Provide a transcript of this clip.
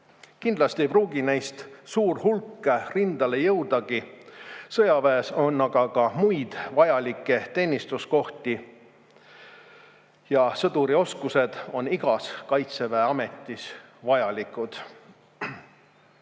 Kindlasti ei pruugi neist suur hulk rindele jõudagi, aga sõjaväes on ka muid vajalikke teenistuskohti. Sõdurioskused on igas kaitseväe ametis vajalikud.